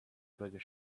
burger